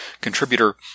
contributor